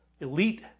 elite